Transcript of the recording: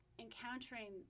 encountering